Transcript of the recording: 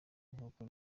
nkuko